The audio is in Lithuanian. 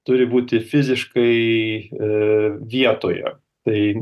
turi būti fiziškai į vietoje tai